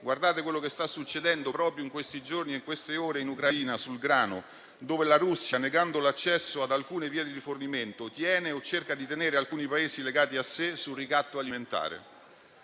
guardate quello che sta succedendo col grano proprio in questi giorni e in queste ore in Ucraina, dove la Russia, negando l'accesso ad alcune vie di rifornimento, tiene o cerca di tenere alcuni Paesi legati a sé sulla base di un ricatto alimentare.